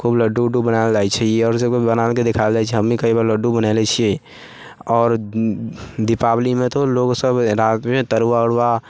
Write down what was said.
लड्डू उड्डू बनायल जाइ छै ई अर सबके बनाके देखायल जाइ छै हमनी कई बेर लड्डू बनेने छियै आओर दीपावलीमे तऽ लोक सब रातिमे तरुआ अरुआ